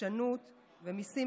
החדשנות והמיסים,